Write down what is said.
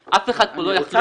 אף אחד פה לא יחלוק על זה